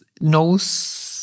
knows